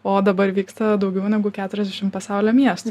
o dabar vyksta daugiau negu keturiasdešim pasaulio miestų